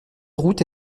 route